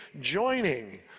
joining